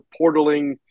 portaling